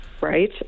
right